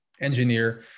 engineer